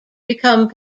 become